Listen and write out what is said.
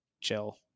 Chill